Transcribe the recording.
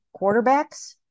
quarterbacks